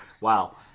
Wow